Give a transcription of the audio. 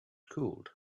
cooled